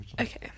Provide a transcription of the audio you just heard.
Okay